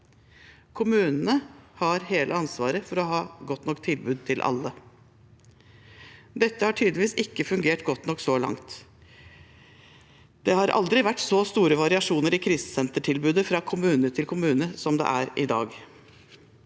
Kommunene har hele ansvaret for å ha et godt nok tilbud til alle. Dette har tydeligvis ikke fungert godt nok så langt. Det har aldri vært så store variasjoner i krisesentertilbudet fra kommune til kommune som det er i dag.